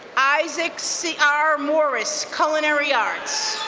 isaac c. r morris, culinary arts.